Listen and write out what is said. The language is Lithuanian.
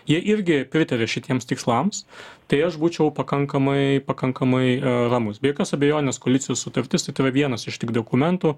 jie irgi pritaria šitiems tikslams tai aš būčiau pakankamai pakankamai ramus be jokios abejonės koalicijos sutartis tai tai yra vienas iš tik dokumentų